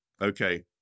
Okay